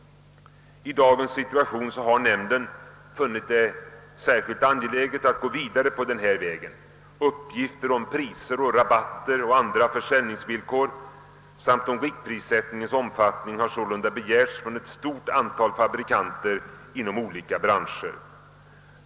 I dagens situation har nämnden funnit det särskilt angeläget att gå vidare på denna väg. Uppgifter om Priser, rabatter och andra försäljningsvillkor samt om riktprissättningens omfattning har sålunda infordrats från en mängd fabrikanter inom olika branscher.